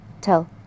tell